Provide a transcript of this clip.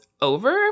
over